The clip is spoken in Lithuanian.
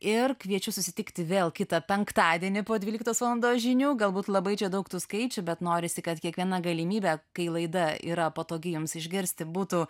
ir kviečiu susitikti vėl kitą penktadienį po dvyliktos valandos žinių galbūt labai čia daug tų skaičių bet norisi kad kiekviena galimybė kai laida yra patogi jums išgirsti būtų